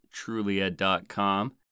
Trulia.com